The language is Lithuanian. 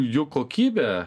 jų kokybė